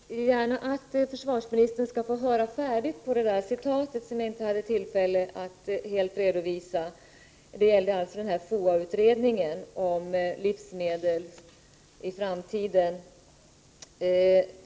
Fru talman! Jag vill gärna att försvarsministern skall få höra hela det citat som jag tidigare inte fick tillfälle att helt redovisa. Det gällde FOA utredningen om livsmedel i framtiden .